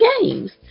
games